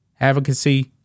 advocacy